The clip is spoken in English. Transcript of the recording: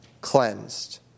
cleansed